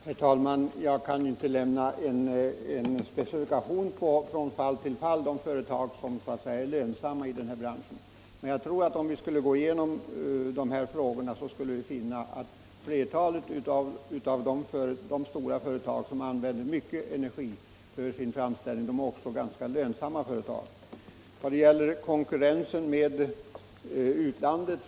Herr talman! Jag kan inte lämna någon specifikation på vilka företag i de här branscherna som är lönsamma. Men om vi skulle gå igenom dem tror jag vi skulle finna att flertalet av de stora företag som använder mycket energi vid framställningen av sina produkter också är mer lönsamma företag än flertalet mindre och medelstora företag som arbetar med en större personalintensitet.